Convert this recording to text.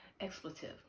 expletive